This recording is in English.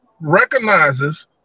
recognizes